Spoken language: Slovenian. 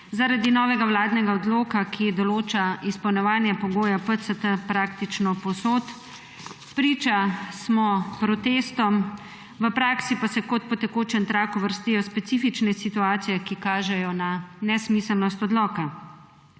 zaradi novega vladnega odloka, ki določa izpolnjevanje pogoja PCT praktično povsod. Priča smo protestom, v praksi pa se kot po tekočem traku vrstijo specifične situacije, ki kažejo na nesmiselnost odloka.